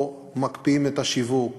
או שמקפיאים את השיווק